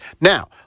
Now